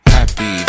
Happy